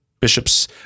Bishop's